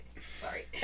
Sorry